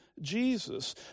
Jesus